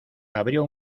abrió